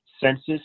census